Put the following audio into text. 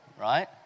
right